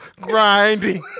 Grinding